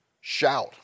Shout